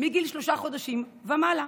מגיל שלושה חודשים ומעלה,